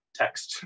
text